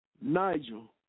Nigel